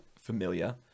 familiar